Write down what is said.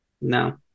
No